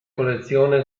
collezione